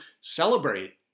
celebrate